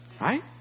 Right